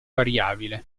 variabile